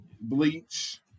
Bleach